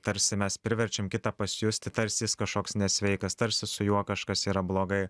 tarsi mes priverčiam kitą pasijusti tarsi jis kažkoks nesveikas tarsi su juo kažkas yra blogai